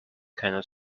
cannot